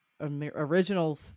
original